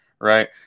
right